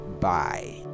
bye